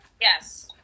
yes